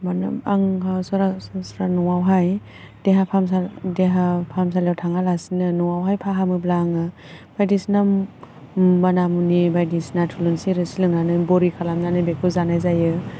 मानो होनबा आंहा सारासनस्रा न'आवहाय देहा फाहामसालि देहा फाहामसालियाव थाङालासिनो न'आवहाय फाहामब्ला आङो बायदिसिना माना मुनि बायदिसिना थुलुंसि रोसि लोंनानै बरि खालामनानै बेखौ जाना जायो